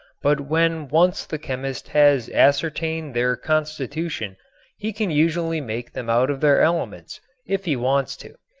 but when once the chemist has ascertained their constitution he can usually make them out of their elements if he wants to.